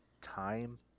time